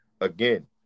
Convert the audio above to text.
again